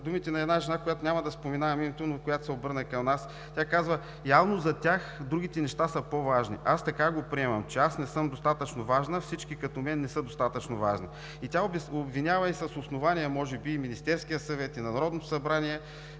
думите на една жена, на която няма да споменавам името, но която се обърна към нас. Тя казва: „Явно за тях другите неща са по-важни. Аз така го приемам, че аз не съм достатъчно важна, всички като мен не са достатъчно важни.“ Тя обвинява, и с основание може би, и Министерския съвет, и Народното събрание,